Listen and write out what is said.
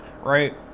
right